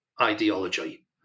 ideology